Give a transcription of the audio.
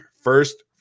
first